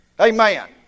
Amen